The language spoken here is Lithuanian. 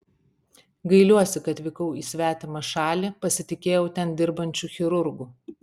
gailiuosi kad vykau į svetimą šalį pasitikėjau ten dirbančiu chirurgu